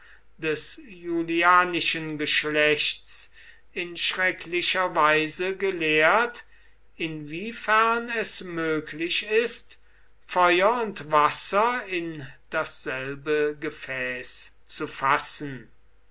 des julianischen geschlechts in schrecklicher weise gelehrt inwiefern es möglich ist feuer und wasser in dasselbe gefäß zu fassen